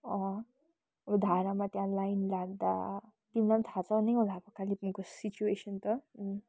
अब धारामा त्यहाँ लाइन लाग्दा तिमीलाई पनि थाहा छ नै होला त कालिम्पोङको सिचुएसन त